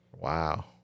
Wow